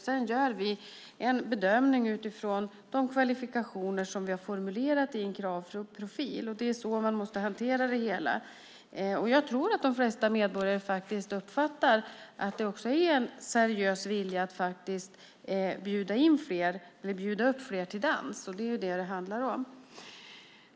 Sedan gör vi en bedömning utifrån de kvalifikationer som vi har formulerat i en kravprofil. Det är så vi måste hantera det hela. Jag tror att de flesta medborgare uppfattar att det är en seriös vilja att faktiskt bjuda upp fler till dans, och det är ju detta det handlar om.